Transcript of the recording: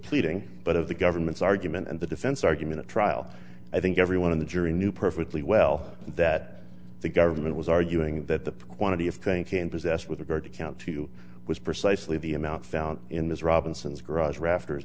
pleading but of the government's argument and the defense argument at trial i think everyone in the jury knew perfectly well that the government was arguing that the quantity of thinking and possessed with regard to count for you was precisely the amount found in this robinson's garage rafters